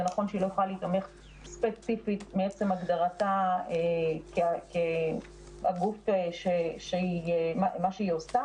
נכון שהיא לא יכולה להיתמך ספציפית מעצם הגדרתה של מה שהיא עושה.